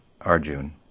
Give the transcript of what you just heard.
Arjun